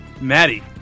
Maddie